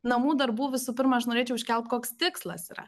namų darbų visų pirma aš norėčiau iškelti koks tikslas yra